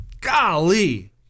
Golly